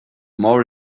more